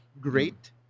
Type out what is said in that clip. Great